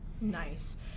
Nice